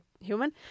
human